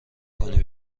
کنی